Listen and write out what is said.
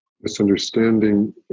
misunderstanding